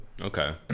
Okay